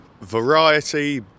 Variety